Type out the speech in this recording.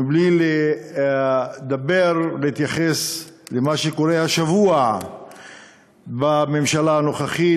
מבלי לדבר ולהתייחס למה שקורה השבוע בממשלה הנוכחית,